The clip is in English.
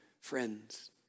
friends